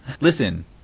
Listen